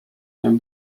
się